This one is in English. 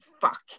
fuck